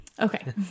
Okay